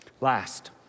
Last